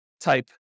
type